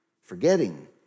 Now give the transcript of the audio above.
Forgetting